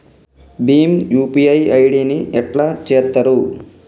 Bhim UPI ID ని ఎట్లా చేత్తరు?